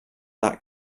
that